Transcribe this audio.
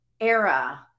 era